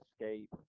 escape